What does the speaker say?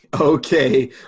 Okay